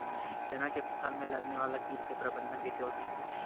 चना के फसल में लगने वाला कीट के प्रबंधन कइसे होथे?